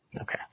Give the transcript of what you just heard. okay